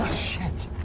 shit!